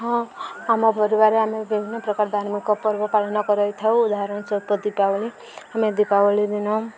ହଁ ଆମ ପରିବାରରେ ଆମେ ବିଭିନ୍ନ ପ୍ରକାର ଧାର୍ମିକ ପର୍ବ ପାଳନ କରାଇ ଥାଉ ଉଦାହରଣ ସ୍ୱରୁପ ଦୀପାବଳି ଆମେ ଦୀପାବଳି ଦିନ